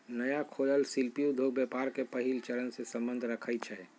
नया खोलल शिल्पि उद्योग व्यापार के पहिल चरणसे सम्बंध रखइ छै